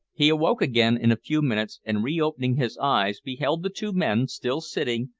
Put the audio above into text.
he awoke again in a few minutes, and re-opening his eyes, beheld the two men still sitting,